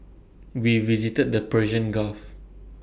we visited the Persian gulf